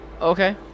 okay